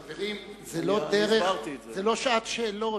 חברים, זו לא שעת שאלות.